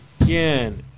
Again